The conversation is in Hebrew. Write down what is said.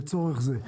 בהם לצורך זה.